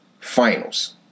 Finals